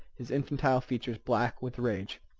his infantile features black with rage.